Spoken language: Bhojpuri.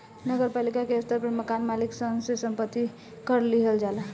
नगर पालिका के स्तर पर मकान मालिक सन से संपत्ति कर लिहल जाला